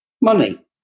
money